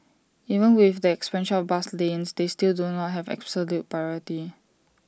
even with the expansion of bus lanes they still do not have absolute priority